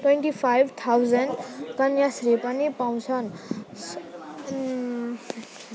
twenty five thousand Kanyashree पनि पाउँछन् स